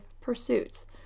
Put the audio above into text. pursuits